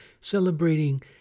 celebrating